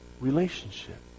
relationship